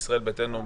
(הישיבה נפסקה בשעה 14:40 ונתחדשה בשעה 14:41.)